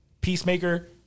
Peacemaker